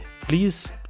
please